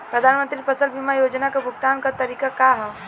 प्रधानमंत्री फसल बीमा योजना क भुगतान क तरीकाका ह?